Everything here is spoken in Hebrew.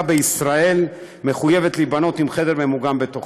בישראל מחויבת להיבנות עם חדר ממוגן בתוכה,